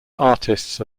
artists